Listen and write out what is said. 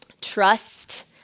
trust